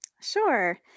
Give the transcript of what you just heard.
Sure